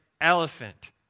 elephant